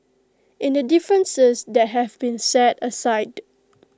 in the differences that have been set aside